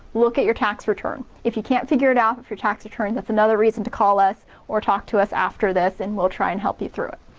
look at your tax return. if you can't figure it out for your tax return, that's another reason to call us or talk to us after this, and we'll try and help you through it.